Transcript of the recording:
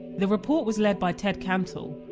the report was lead by ted cantle,